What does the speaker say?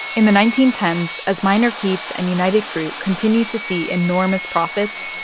in the nineteen ten s, as minor keith and united fruit continued to see enormous profits,